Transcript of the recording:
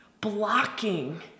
blocking